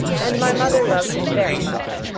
and my mother loved him very much.